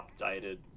updated